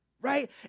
right